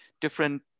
different